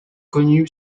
connu